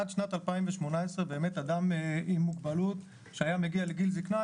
עד שנת 2018 אדם עם מוגבלות שהיה מגיע לגיל זקנה,